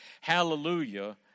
Hallelujah